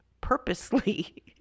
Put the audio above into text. purposely